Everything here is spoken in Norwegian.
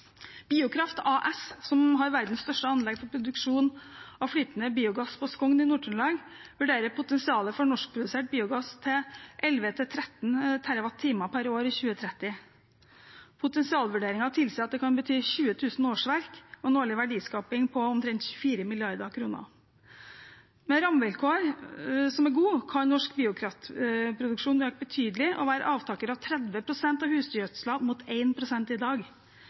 Biokraft AS, som har verdens største anlegg for produksjon av flytende biogass på Skogn i Nord-Trøndelag, vurderer potensialet for norskprodusert biogass til 11–13 TWh per år i 2030. Potensialvurderingen tilsier at det kan bety 20 000 årsverk og en årlig verdiskaping på omtrent 24 mrd. kr. Med rammevilkår som er gode, kan norsk biokraftproduksjon øke betydelig og være avtaker av 30 pst. av husdyrgjødsel mot 1 pst. i dag.